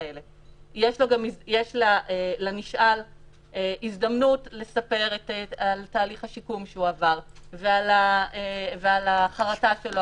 האלה יש לנשאל גם הזדמנות לספר על תהליך השיקום שהוא עבר ועל החרטה שלו